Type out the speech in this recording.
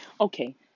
Okay